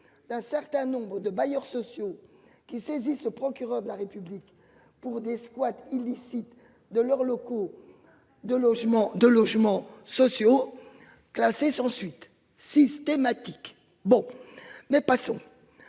d'un certain nombre de bailleurs sociaux qui saisissent le procureur de la République pour des squats illicite de leurs locaux. De logements de logements sociaux. Classée sans suite systématique. Bon, mais pas son.